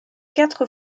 quatre